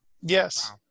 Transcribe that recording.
yes